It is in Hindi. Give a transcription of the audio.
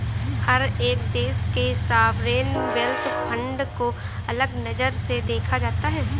हर एक देश के सॉवरेन वेल्थ फंड को अलग नजर से देखा जाता है